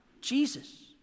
Jesus